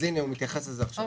אז הנה, הוא מתייחס לזה עכשיו.